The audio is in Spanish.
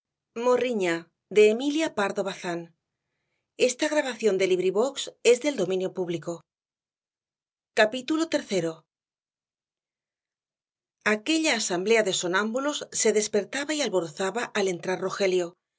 iii aquella asamblea de sonámbulos se despertaba y alborozaba al entrar rogelio